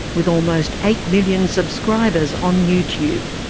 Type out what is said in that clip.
with almost eight million subscribers on youtube.